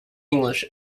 english